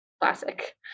classic